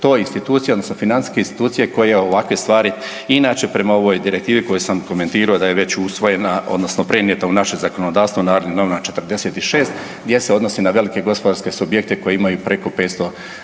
sve su to financijske institucije koje ovakve stvari inače prema ovoj direktivi koju sam komentirao da je već usvojena odnosno prenijeta u naše zakonodavstvo u Narodnim novinama 46 gdje se odnosi na velike gospodarske subjekte koji imaju preko 500